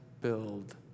build